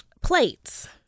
plates